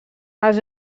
els